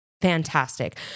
fantastic